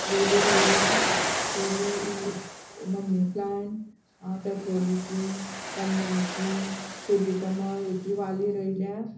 वेली रोयल्या वेली मनी प्लांट पेत्रोलीचीं कन्याचीं सुर्यकमळ हेची वाली रोयल्या